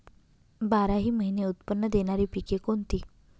बाराही महिने उत्त्पन्न देणारी पिके कोणती?